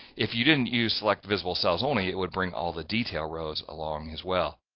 if you didn't use select visible cells only, it would bring all the detail rows along as well.